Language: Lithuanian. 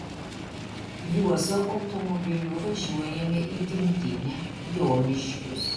juozo automobiliu važiuojame į gimtinę joniškius